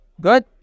Good